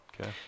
Okay